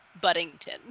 Buddington